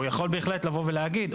הוא יכול בהחלט לבוא ולהגיד,